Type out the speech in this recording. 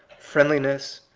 friendliness,